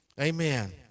Amen